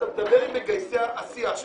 אתה מדבר עם מגייסי הסיעה שלך.